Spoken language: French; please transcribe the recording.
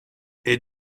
est